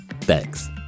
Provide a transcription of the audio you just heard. Thanks